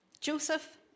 Joseph